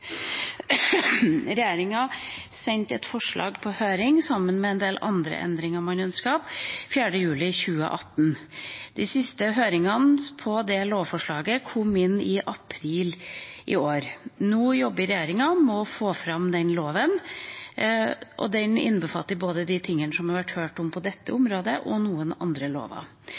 Regjeringa sendte et forslag på høring sammen med en del andre endringer man ønsket, 4. juli 2018. De siste høringene om lovforslaget kom inn i april i år. Nå jobber regjeringa med å få fram den loven, og den innbefatter både de temaene det har vært hørt om på dette området, og noen andre lover.